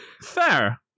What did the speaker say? Fair